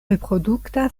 reprodukta